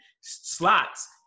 slots